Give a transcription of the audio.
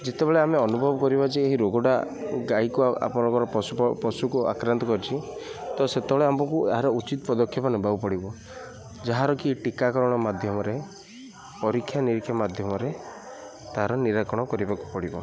ଯେତେବେଳେ ଆମେ ଅନୁଭବ କରିବା ଯେ ଏହି ରୋଗଟା ଗାଈକୁ ଆପଣଙ୍କର ପଶୁ ପଶୁକୁ ଆକ୍ରାନ୍ତ କରିଛି ତ ସେତେବେଳେ ଆମକୁ ଏହାର ଉଚିତ୍ ପଦକ୍ଷେପ ନେବାକୁ ପଡ଼ିବ ଯାହାରକି ଟୀକାକରଣ ମାଧ୍ୟମରେ ପରୀକ୍ଷା ନିରୀକ୍ଷା ମାଧ୍ୟମରେ ତାହାର ନିରାକଣ କରିବାକୁ ପଡ଼ିବ